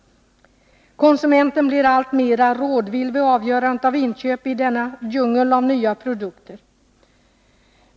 Konsumenten blir alltmer rådvill vid avgörandet av inköp i denna djungel av nya produkter.